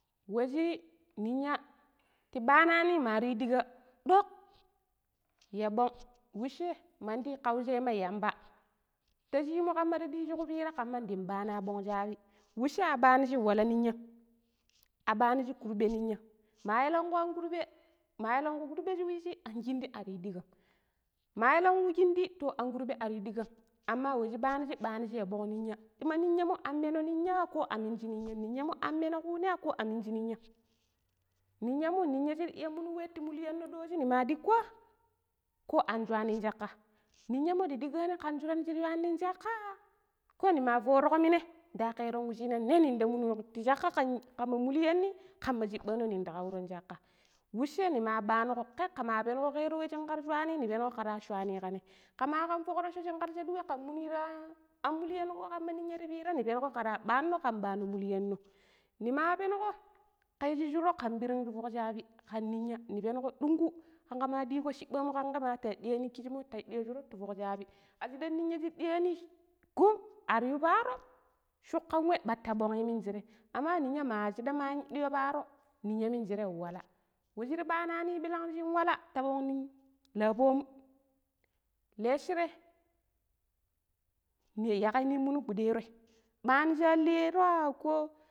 ﻿washi ninya ti ɓanani mar yu ɗiga ɗuk ya ɓong wusha mandi kayushema yamba ta shimu kama ti ɗiji kuripa kaman ding bana ɓong shabi wusha a ɓanijim walla ninyam a ɓanijim kurɓe ninyam ma elanku an kurɓe ma elanku kurɓe shi wishee ar kindi ar yi ɗigam ma elanku kindi too an kurɓe ar yu digam amma wa shee ɓaniji, ɓaniji ya ɓong ninya dima ninyammo an meno ninyaa ko a minji ninyam ninyan mo ninya shir iya munin wa ti mulliano tojji nima ɗikkoa ko an shwa nin chakka ninyan mo da ɗigani kan shuran shir yuwani nin shakka ko nima forugo minee da keron washi na ne ninda munu ti shakka kam ma mullianni kama shiɓɓa no ninda kauron chakka wusha nima ɓanugo ke kama pengo kero wa shingar shuwani ni pengo karra shuani ka ne kama kam fukrocco shingar shadu wai kan muni ti an muliango kama ninya ti piran ni pengo kara baano kan ɓano muliango nima penigo ka yishi shuro kan ɓirran ti fuk shabi kan ninya ni pengo dungu kangama shingo shiɓamu kama ge ma ta ɗiani kishimo ta yiɗio shuro ti fuk shabbi ashidam ninya shir ɗiani gum ar yu parom shokan wa bat ti ɓonng minjire amman ninya ma shidam an yiɗio paro ninya mijire walla wa shir ɓanani ɓillan shin walla to ɓong lapom lashire na yagai nin muno giɗaroi aniji an lairoa ko.